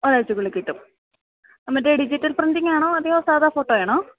ഒരാഴ്ചക്കുള്ളിൽ കിട്ടും നമ്മുടെ ഡിജിറ്റൽ പ്രിൻ്റീങ് ആണോ അതെയോ സാധാരണ ഫോട്ടോ ആണോ